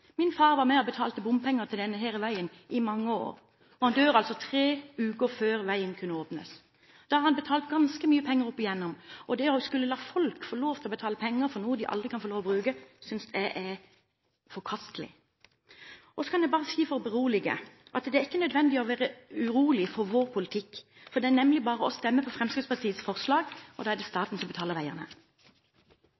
Min far var med på å betale bompenger til denne veien i mange år. Så dør han tre uker før veien kunne åpnes. Da har han oppigjennom betalt ganske mye penger. Det å la folk betale penger for noe de aldri kan få lov til å bruke, synes jeg er forkastelig. Så kan jeg si for å berolige: Det er ikke nødvendig å være urolig for vår politikk. Det er nemlig bare å stemme på Fremskrittspartiets forslag, for da er det